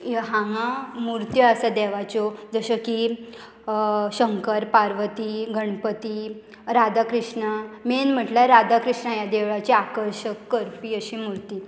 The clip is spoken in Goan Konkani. हांगा मुर्त्यो आसा देवाच्यो जश्यो की शंकर पार्वती गणपती राधा कृष्णा मेन म्हटल्यार राधा कृष्णा ह्या देवळाची आकर्शक करपी अशी मुर्ती